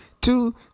two